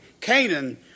Canaan